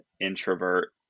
introvert